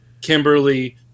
Kimberly